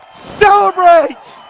celebrate!